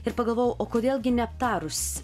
ir pagalvojau o kodėl gi neaptarus